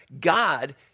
God